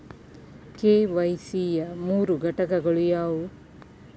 KYC ಯ ಮೂರು ಘಟಕಗಳು ಯಾವುವು?